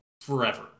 forever